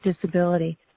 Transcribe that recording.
disability